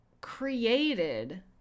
created